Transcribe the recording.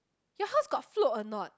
your house got float a not